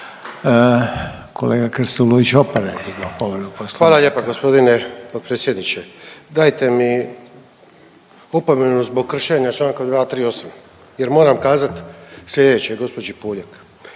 **Krstulović Opara, Andro (HDZ)** Hvala lijepa gospodine potpredsjedniče. Dajte mi opomenu zbog kršenja članka 238., jer moram kazati sljedeće gospođi Puljak.